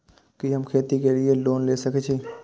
कि हम खेती के लिऐ लोन ले सके छी?